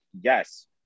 yes